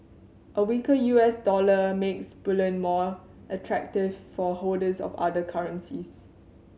a weaker U S dollar makes bullion more attractive for holders of other currencies